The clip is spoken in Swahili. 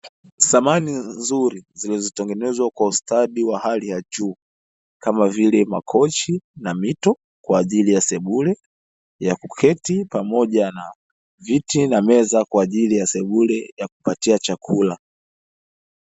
Samani nzuri, zilizotengenezwa kwa ustadi wa hali ya juu, kama vile; makochi na mito kwa ajili ya sebule ya kuketi, pamoja na viti na meza kwa ajili ya sebule ya kupatia chakula.